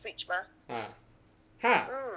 ah ha